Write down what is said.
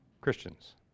Christians